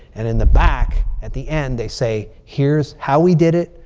and in the back, at the end. they say, here's how we did it,